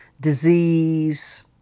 disease